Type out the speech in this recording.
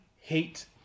hate